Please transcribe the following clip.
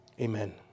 amen